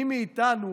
מי מאיתנו